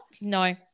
no